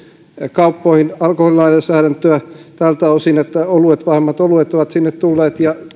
alkoholilainsäädäntöä tältä osin että vahvemmat oluet ovat kauppoihin tulleet